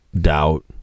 doubt